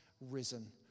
risen